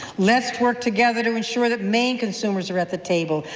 let's work together to ensure that maine consumers are at the table,